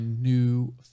new